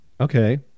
Okay